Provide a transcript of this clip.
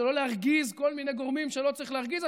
לא להרגיז כל מיני גורמים שלא צריך להרגיז.